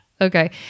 Okay